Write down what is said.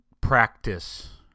practice